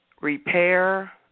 repair